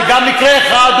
תיקים שלא